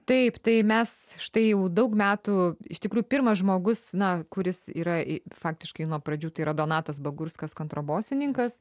taip tai mes štai jau daug metų iš tikrųjų pirmas žmogus na kuris yra faktiškai nuo pradžių tai yra donatas bagurskas kontrabosininkas